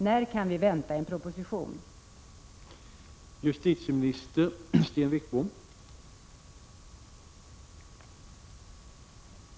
När kan vi vänta en G 8 ER av sina f. d. män proposition?